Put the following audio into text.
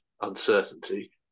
uncertainty